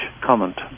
comment